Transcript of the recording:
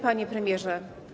Panie Premierze!